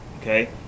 okay